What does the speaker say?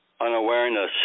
unawareness